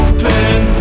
Open